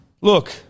Look